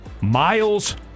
Miles